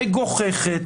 מגוחכת,